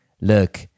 look